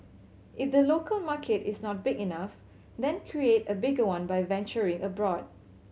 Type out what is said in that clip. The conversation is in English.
if the local market is not big enough then create a bigger one by venturing abroad